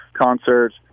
Concerts